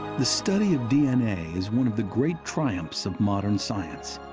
the study of d n a. is one of the great triumphs of modern science.